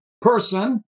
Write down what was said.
person